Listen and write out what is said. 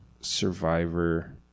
Survivor